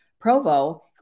Provo